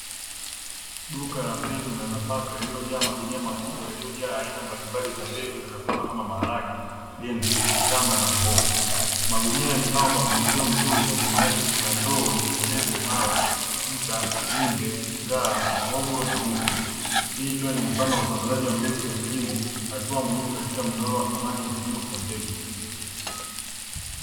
Duka la mbegu na nafaka, lililojaa magunia makubwa yaliyojaa aina mbalimbali za mbegu na nafaka, kama maharage, dengu, mtama, na muhogo; magunia yamepangwa kwa mpangilio mzuri, na nyuma yake kuna rafu zenye lebo za mawe, mta, wimbe, ngaa, muhogo, na muku. Hii ni mfano wa usambazaji wa mbegu za kilimo, hatua muhimu katika mnyororo wa thamani ya kilimo cha mbegu.